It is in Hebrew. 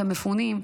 מפונים,